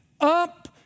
up